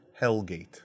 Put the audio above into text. Hellgate